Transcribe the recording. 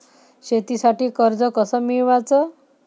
शेतीसाठी कर्ज कस मिळवाच?